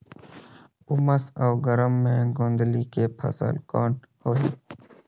उमस अउ गरम मे गोंदली के फसल कौन होही?